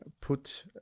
put